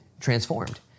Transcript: transformed